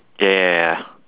ya ya ya ya ya